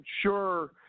sure